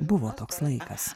buvo toks laikas